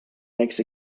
makes